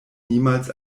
niemals